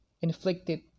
inflicted